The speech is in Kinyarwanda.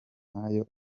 nk’ayo